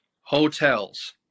hotels